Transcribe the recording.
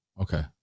Okay